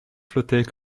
flottait